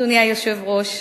אדוני היושב-ראש,